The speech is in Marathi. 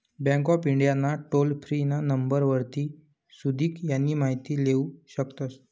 बँक ऑफ इंडिया ना टोल फ्री ना नंबर वरतीन सुदीक यानी माहिती लेवू शकतस